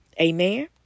amen